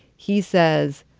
he says,